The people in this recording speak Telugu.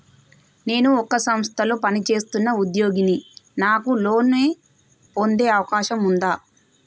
నేను ఒక సంస్థలో పనిచేస్తున్న ఉద్యోగిని నాకు లోను పొందే అవకాశం ఉందా?